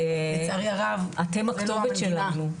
אתם הכתובת שלנו.